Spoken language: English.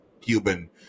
Cuban